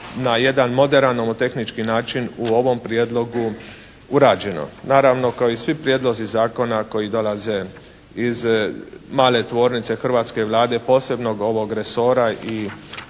na jedan moderan nomotehnički način u ovom prijedlogu urađeno. Naravno kao i svi prijedlozi zakona koji dolaze iz male tvornice hrvatske Vlade, posebno ovog resora i